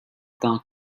tant